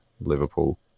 Liverpool